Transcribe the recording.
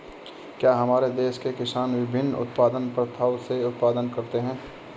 क्या हमारे देश के किसान विभिन्न उत्पादन प्रथाओ से उत्पादन करते हैं?